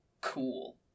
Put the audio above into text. cool